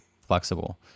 flexible